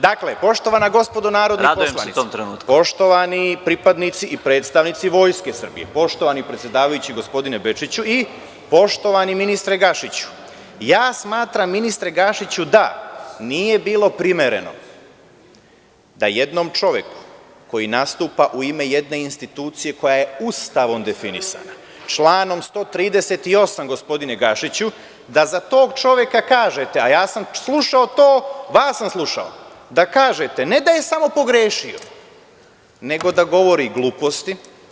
Dakle, poštovana gospodo narodni poslanici, poštovani pripadnici i predstavnici Vojske Srbije, poštovani predsedavajući, gospodine Bečiću i poštovani ministre Gašiću, ja smatram, ministre Gašiću, da nije bilo primereno da jednom čoveku koji nastupa u ime jedne institucije koja je Ustavom definisana, članom 138, gospodine Gašiću, da za tog čoveka kažete, a ja sam vas slušao, ne samo da je pogrešio, nego da govori gluposti.